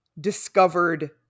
discovered